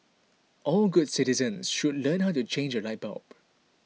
all good citizens should learn how to change a light bulb